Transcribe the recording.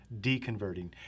deconverting